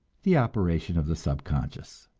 the operation of the subconscious.